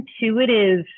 intuitive